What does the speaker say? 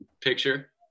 picture